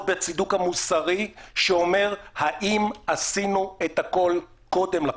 בצידוק המוסרי שאומר האם עשינו את הכול קודם לכן.